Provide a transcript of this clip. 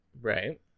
Right